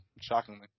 shockingly